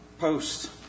Post